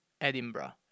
Edinburgh